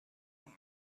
man